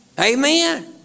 Amen